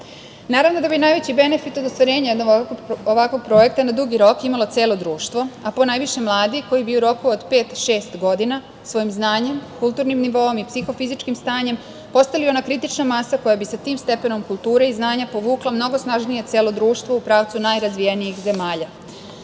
da bi najveći benefit od ostvarenja jednog ovakvog projekta na dugi rok imalo celo društvo, a ponajviše mladi koji bi u roku od pet, šest godina svojim znanjem, kulturnim nivoom i psihofizičkim stanjem postali ona kritična masa koja bi sa tim stepenom kulture i znanja povukla mnogo snažnije celo društvo u pravcu najrazvijenijih zemalja. Sa